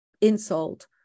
insult